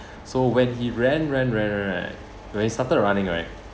so when he ran ran ran ran ran when he started running right